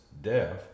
death